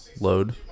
Load